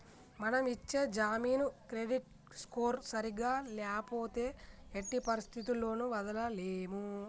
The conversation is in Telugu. మనం ఇచ్చే జామీను క్రెడిట్ స్కోర్ సరిగ్గా ల్యాపోతే ఎట్టి పరిస్థతుల్లోను వదలలేము